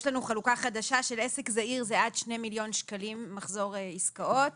עד 2 מיליון שקלים מחזור עסקאות.